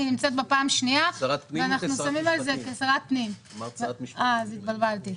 "מטפלים בבעיות בעיר עכו", אני תושבת העיר.